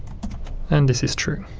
and this is true.